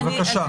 בבקשה.